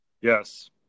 Yes